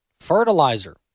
fertilizer